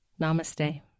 namaste